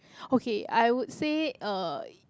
okay I would say uh